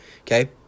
Okay